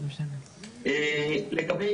למה